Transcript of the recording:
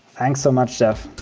thanks so much, jeff.